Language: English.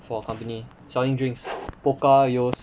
for a company selling drinks Pokka Yeo's